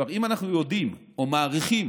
אם אנחנו יודעים או מעריכים